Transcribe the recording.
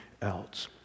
else